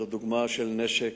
זו דוגמה של נשק,